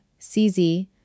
CZ